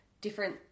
different